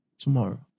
tomorrow